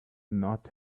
not